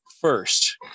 first